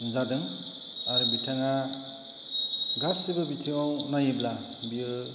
जादों आर बिथाङा गासिबो बिथिंआव नाययोब्ला बियो